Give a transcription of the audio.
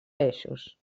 eixos